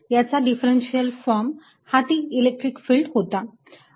याचा differential form हा ती इलेक्ट्रिक फिल्ड होता